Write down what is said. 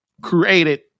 created